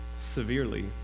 severely